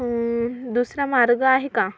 दुसरा मार्ग आहे का